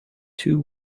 two